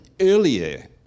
earlier